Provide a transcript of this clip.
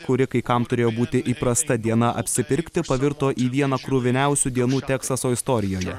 kuri kai kam turėjo būti įprasta diena apsipirkti pavirto į vieną kruviniausių dienų teksaso istorijoje